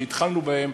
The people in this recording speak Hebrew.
שהתחלנו בהן,